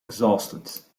exhausted